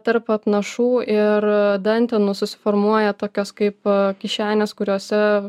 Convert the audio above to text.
tarp apnašų ir dantenų susiformuoja tokios kaip kišenės kuriose